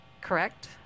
Correct